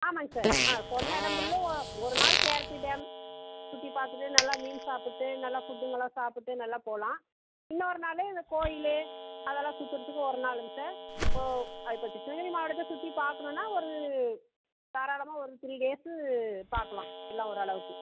ஆமாம்ங்க சார் ஆ சொன்ன இடம் ஃபுல்லும் ஒரு நாள் கேஆர்பி டேம் சுற்றி பார்த்துட்டு நல்லா மீன் சாப்பிட்டு நல்லா ஃபுட்டுங்கலாம் சாப்பிட்டு நல்லா போகலாம் இன்னொரு நாள் இந்த கோயில் அதெல்லாம் சுற்றுறதுக்கு ஒரு நாளுங்க சார் இப்போ அது இப்போ கிருஷ்ணகிரி மாவட்டத்தை சுற்றி பார்க்கணும்னா ஒரு தாராளமாக ஒரு த்ரீ டேஸ்ஸு பார்க்கலாம் எல்லாம் ஓரளவுக்கு